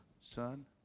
son